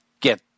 Get